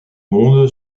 monde